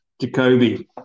Jacoby